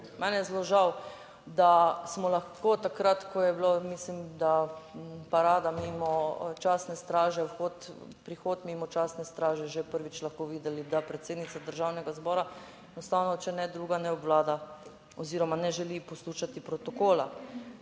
Meni je zelo žal, da smo lahko takrat, ko je bilo, mislim, da parada mimo častne straže, vhod, prihod mimo častne straže, že prvič lahko videli, da predsednica Državnega zbora enostavno, če ne drugega, ne obvlada oziroma ne želi poslušati protokola.